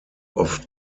oft